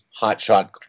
hotshot